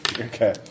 Okay